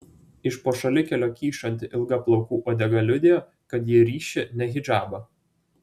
iš po šalikėlio kyšanti ilga plaukų uodega liudijo kad ji ryši ne hidžabą